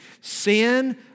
Sin